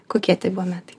kokie tie buvo metai